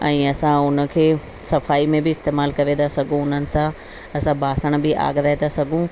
ऐं असां उनखे सफ़ाई में बि इस्तेमाल करे था सघूं उन्हनि सां असां बासण बि आघराए था सघूं